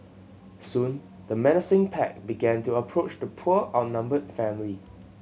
soon the menacing pack began to approach the poor outnumbered family